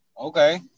Okay